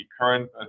current